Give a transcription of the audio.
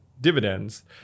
dividends